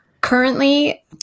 Currently